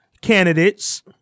candidates